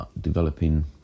developing